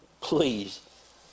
please